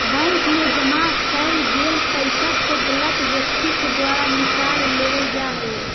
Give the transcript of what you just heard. bank मैं जमा कैल गेल पइसा के गलत व्यक्ति के द्वारा निकाल लेवल जा हइ